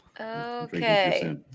Okay